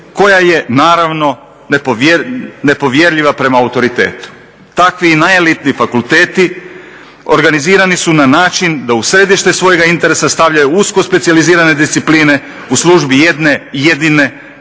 koja je naravno nepovjerljiva prema autoritetu. Takvi i najelitniji fakulteti organizirani su na način da u središte svoga interesa stavljaju usko specijalizirane discipline u službi jedne jedine,